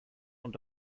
und